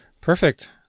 Perfect